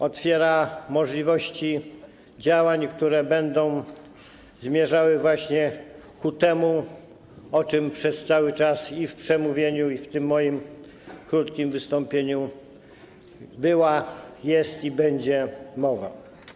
Otwiera możliwości działań, które będą zmierzały właśnie ku temu, o czym przez cały czas, i w przemówieniu, i w tym moim krótkim wystąpieniu, była, jest i będzie mowa.